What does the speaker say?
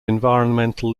environmental